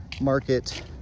market